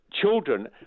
Children